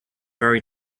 very